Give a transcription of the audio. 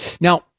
now